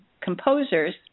composers